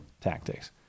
tactics